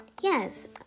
Yes